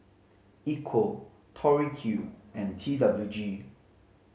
Equal Tori Q and T W G